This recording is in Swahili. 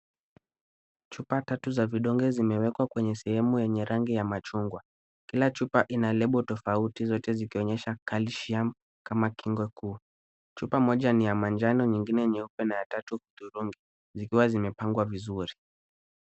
Chupa tatu za vidonge zimewekwa kwenye sehemu yenye rangi ya machungwa. Kila chupa ina lebo tofauti zote zikionyesha calcium kama kinga kuu. Chupa moja ni ya manjano, nyingine nyeupe na ya tatu hudhurugi zikiwa zimepangwa vizuri.